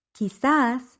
quizás